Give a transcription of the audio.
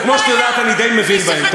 וכמו שאת יודעת אני די מבין בהן.